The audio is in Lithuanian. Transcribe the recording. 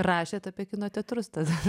rašėt apie kino teatrus tada